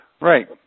Right